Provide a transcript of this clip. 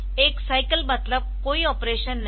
एक साईकल मतलब कोई ऑपरेशन नहीं है